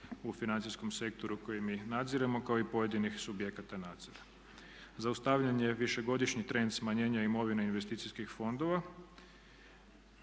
u financijskom sektoru koji mi nadziremo kao i pojedinih subjekata nadzora. Zaustavljen je višegodišnji trend smanjenja imovine investicijskih fondova,